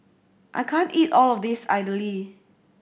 I can't eat all of this Idly